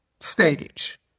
stage